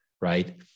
right